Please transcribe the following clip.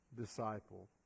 disciple